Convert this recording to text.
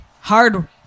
hard